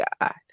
god